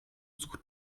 sucht